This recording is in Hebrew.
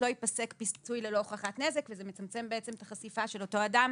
לא ייפסק פיצוי ללא הוכחת נזק וזה מצמצם את החשיפה של אותו אדם